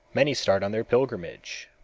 many start on their pilgrimage.